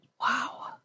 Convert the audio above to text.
wow